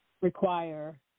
require